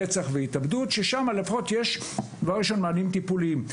רצח והתאבדות ששם לפחות יש דבר ראשון מענים טיפוליים.